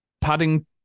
Padding